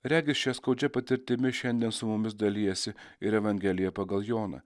regis šia skaudžia patirtimi šiandien su mumis dalijasi ir evangelija pagal joną